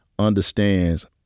understands